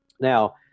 Now